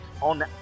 on